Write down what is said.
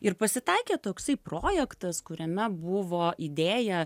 ir pasitaikė toksai projektas kuriame buvo idėja